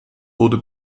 wurde